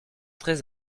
très